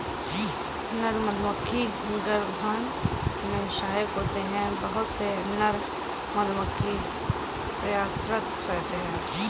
नर मधुमक्खी गर्भाधान में सहायक होते हैं बहुत से नर मधुमक्खी प्रयासरत रहते हैं